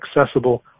accessible